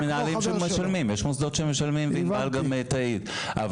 יש מוסדות שמשלמים וענבל גם תעיד.